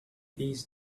these